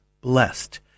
blessed